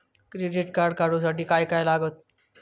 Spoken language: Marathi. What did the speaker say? क्रेडिट कार्ड काढूसाठी काय काय लागत?